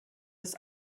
das